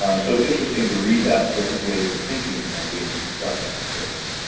um so it's interesting to read that, different ways of thinking being a success for folks.